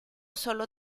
solo